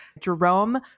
Jerome